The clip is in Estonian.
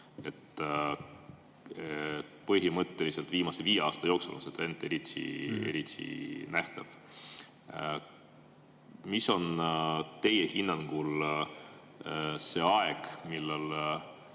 Põhimõtteliselt viimase viie aasta jooksul on see tendents eriti nähtav. Millal teie hinnangul tuleb see aeg, millal